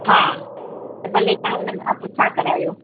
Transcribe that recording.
हा त भले तव्हां उन्हनि खां पुछा करायो